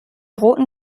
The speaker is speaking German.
roten